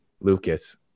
lucas